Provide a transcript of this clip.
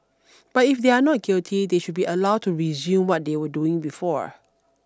but if they are not guilty they should be allowed to resume what they were doing before